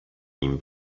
ihm